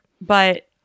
But-